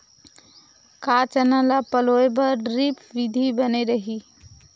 का चना ल पलोय बर ड्रिप विधी बने रही?